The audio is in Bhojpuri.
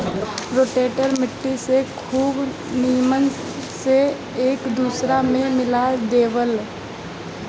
रोटेटर माटी के खुबे नीमन से एक दूसर में मिला देवेला